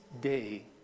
day